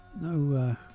no